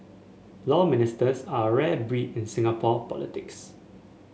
Law Ministers are a rare breed in Singapore politics